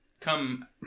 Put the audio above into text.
come